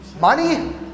Money